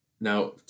Now